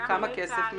בכמה כסף מדובר?